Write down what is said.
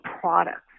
products